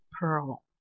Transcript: pearl